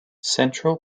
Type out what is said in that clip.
central